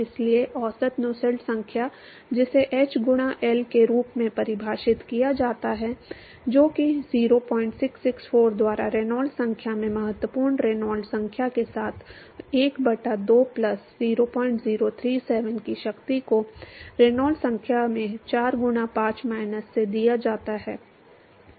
इसलिए औसत नुसेल्ट्स संख्या जिसे एच गुणा एल के रूप में परिभाषित किया जाता है जो कि 0664 द्वारा रेनॉल्ड्स संख्या में महत्वपूर्ण रेनॉल्ड्स संख्या के साथ 1 बटा 2 प्लस 0037 की शक्ति को रेनॉल्ड्स संख्या में 4 गुणा 5 माइनस से दिया जाता है